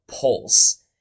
pulse